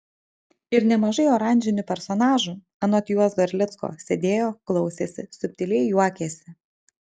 ir nemažai oranžinių personažų anot juozo erlicko sėdėjo klausėsi subtiliai juokėsi